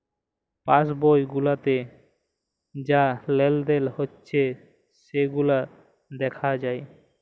pass বই গুলাতে যা লেলদেল হচ্যে সেগুলা দ্যাখা যায়